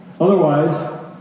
Otherwise